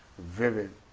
vivid